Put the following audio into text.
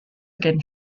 again